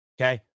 okay